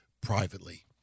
privately